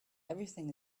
everything